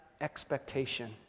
expectation